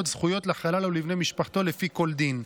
זכויות לחלל או לבני משפחתו לפי כל דין.